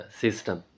system